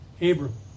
Abraham